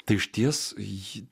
tai išties ji